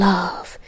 Love